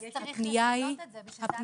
למי פונים?